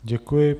Děkuji.